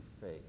faith